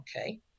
Okay